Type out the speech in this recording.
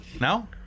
No